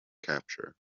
capture